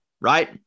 right